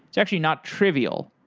it's actually not trivial.